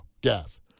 Gas